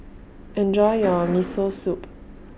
Enjoy your Miso Soup